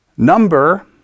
Number